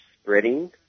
spreading